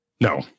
No